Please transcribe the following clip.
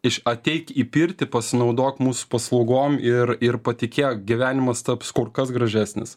iš ateit į pirtį pasinaudok mūsų paslaugom ir ir patikėk gyvenimas taps kur kas gražesnis